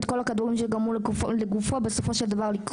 כל הכדורים שבסופו של דבר גרמו לגופו לקרוס.